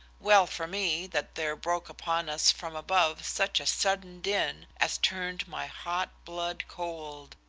well for me that there broke upon us from above such a sudden din as turned my hot blood cold!